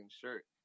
shirt